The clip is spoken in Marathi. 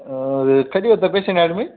कधी होतं पेशंट ॲडमिट